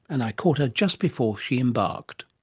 and i caught her just before she embarked.